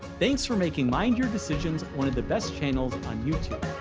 thanks for making mind your decisions one of the best channels on youtube.